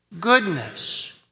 goodness